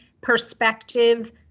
perspective